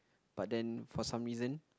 but then for some reason